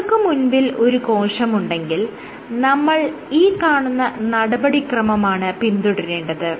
നിങ്ങൾക്ക് മുൻപിൽ ഒരു കോശമുണ്ടെങ്കിൽ നമ്മൾ ഈ കാണുന്ന നടപടിക്രമമാണ് പിന്തുടരേണ്ടത്